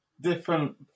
different